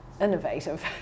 Innovative